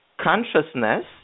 consciousness